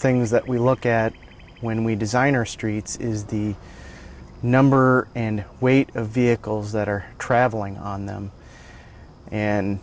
things that we look at when we design our streets is the number and weight of vehicles that are travelling on them and